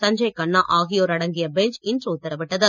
சஞ்சய் கன்னா ஆகியோர் அடங்கிய பெஞ்ச் இன்று உத்தரவிட்டது